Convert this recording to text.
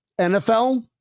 NFL